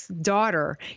daughter